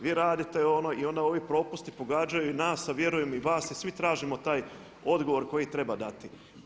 Vi radite i onda ovi propusti pogađaju i nas, a vjerujem i vas i svi tražimo taj odgovor koji treba dati.